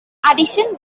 addition